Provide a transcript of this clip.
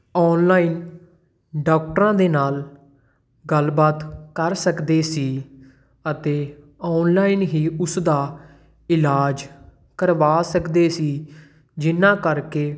online ਡੋਕਟਰਾਂ ਦੇ ਨਾਲ ਗੱਲਬਾਤ ਕਰ ਸਕਦੇ ਸੀ ਅਤੇ ਔਨਲਾਈਨ ਹੀ ਉਸਦਾ ਇਲਾਜ ਕਰਵਾ ਸਕਦੇ ਸੀ ਜਿਨ੍ਹਾਂ ਕਰਕੇ